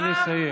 נא לסיים.